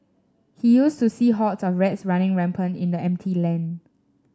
he used to see hordes of rats running rampant in the empty land